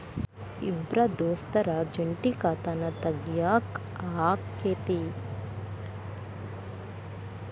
ಇಬ್ರ ದೋಸ್ತರ ಜಂಟಿ ಖಾತಾನ ತಗಿಯಾಕ್ ಆಕ್ಕೆತಿ?